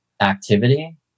activity